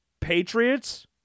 Patriots